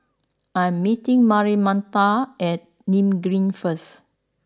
I am meeting Marianita at Nim Green First